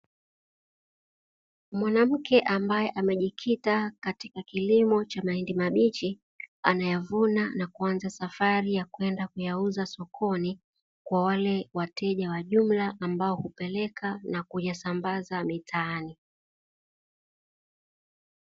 Mwanamke ambae amejikita katika kilimo cha mahindi mabichi, anayavuna na kuanza safari ya kwenda kuyauza sokoni, kwa wale wateja wa jumla ambao hupeleka na kuyasambaza mitaani.